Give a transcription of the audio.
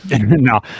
no